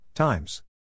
Times